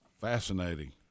Fascinating